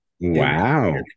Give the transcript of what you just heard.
Wow